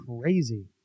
crazy